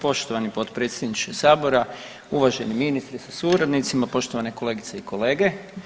Poštovani potpredsjedniče Sabora, uvaženi ministre sa suradnicima, poštovane kolegice i kolege.